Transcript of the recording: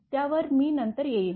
त्यावर मी नंतर येईन